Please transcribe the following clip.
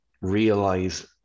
realize